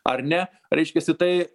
ar ne reiškiasi tai